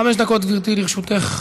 חמש דקות, גברתי, לרשותך.